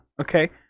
Okay